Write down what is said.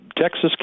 Texas